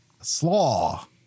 slaw